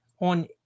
On